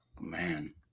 man